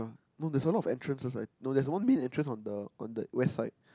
no there's a lot of entrances like no there's one main entrance on the on the west side